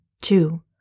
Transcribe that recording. Two